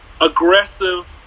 Aggressive